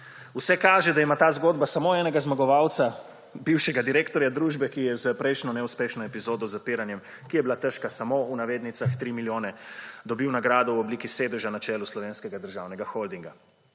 Vse kaže, da ima ta zgodba samo enega zmagovalca – bivšega direktorja družbe, ki je s prejšnjo neuspešno epizodo z zapiranjem, ki je bila težka »samo« 3 milijone, dobil nagrado v obliki sedeža na čelu Slovenskega državnega holdinga.